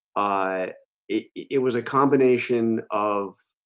i it it was a combination of